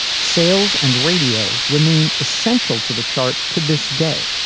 sales and radio remain essential to the chart. to this day,